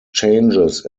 changes